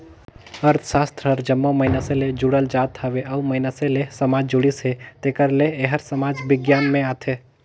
अर्थसास्त्र हर जम्मो मइनसे ले जुड़ल जाएत हवे अउ मइनसे ले समाज जुड़िस हे तेकर ले एहर समाज बिग्यान में आथे